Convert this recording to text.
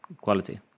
quality